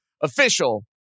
official